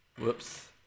Whoops